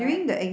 right